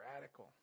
radical